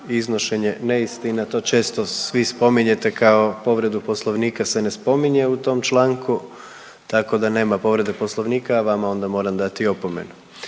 iznošenje neistina to često svi spominjete, kao povredu poslovnika se ne spominje u tom članku, tako da nema povrede poslovnika, a vama onda moram dati opomenu.